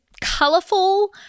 colorful